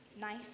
nice